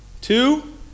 Two